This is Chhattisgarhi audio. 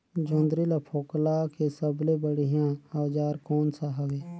जोंदरी ला फोकला के सबले बढ़िया औजार कोन सा हवे?